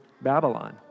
Babylon